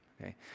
okay